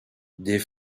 des